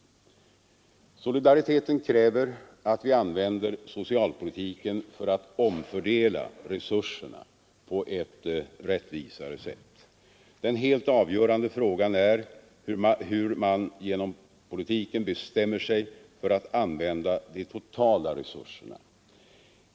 18 Solidariteten kräver att vi använder socialpolitiken för att omfördela resurserna på ett rättvisare sätt. Den helt avgörande frågan är här hur man genom politiken bestämmer sig för att använda de totala resurserna.